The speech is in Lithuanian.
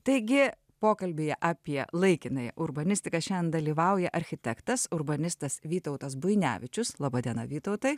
taigi pokalbyje apie laikinai urbanistiką šiam dalyvauja architektas urbanistas vytautas buinevičius laba diena vytautai